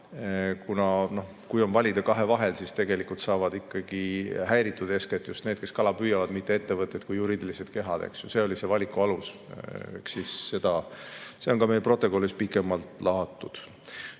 Kui on valida kahe vahel, siis tegelikult saavad ikkagi häiritud eeskätt just need, kes kala püüavad, mitte ettevõtted kui juriidilised kehad, eks ju, see oli valiku alus. Seda on ka meie protokollis pikemalt lahatud.